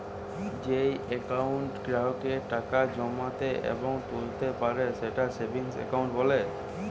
যেই একাউন্টে গ্রাহকেরা টাকা জমাতে এবং তুলতা পারে তাকে সেভিংস একাউন্ট বলে